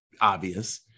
obvious